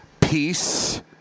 peace